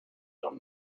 homes